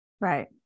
Right